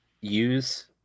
use